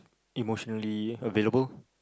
emotionally available